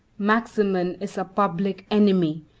maximin is a public enemy!